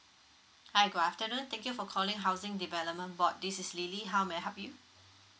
hi good afternoon thank you for calling housing development board this is lily how may I help you